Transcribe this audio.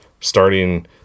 starting